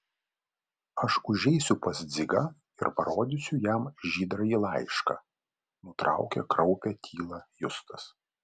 aš užeisiu pas dzigą ir parodysiu jam žydrąjį laišką nutraukė kraupią tylą justas